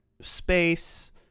space